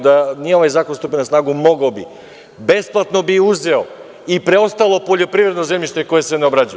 Da nije ovaj zakon stupio na snagu, mogao bi, besplatno bi uzeo i preostalo poljoprivredno zemljište koje se ne obrađuje.